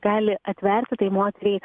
gali atverti tai moteriai